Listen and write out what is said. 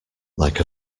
like